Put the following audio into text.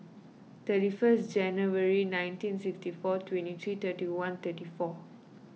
thirty three January nineteen sixty four twenty three thirty one thirty four